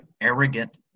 arrogant